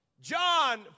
John